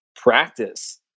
practice